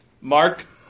Mark